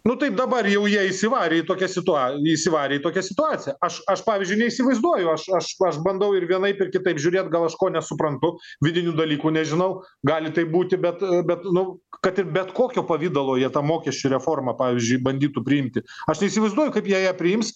nu tai dabar jau jie įsivarė į tokią situa įsivarė į tokią situaciją aš aš pavyzdžiui neįsivaizduoju aš aš aš bandau ir vienaip ir kitaip žiūrėt gal aš ko nesuprantu vidinių dalykų nežinau gali taip būti bet bet nu kad ir bet kokio pavidalo jie tą mokesčių reformą pavyzdžiui bandytų priimti aš neįsivaizduoju kaip jie ją priims